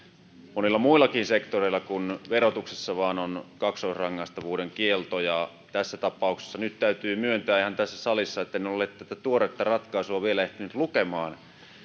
monilla muillakin sektoreilla kuin vain verotuksessa on kaksoisrangaistavuuden kielto ja tässä tapauksessa nyt täytyy myöntää ihan tässä salissa että en ole tätä tuoretta ratkaisua vielä ehtinyt lukemaan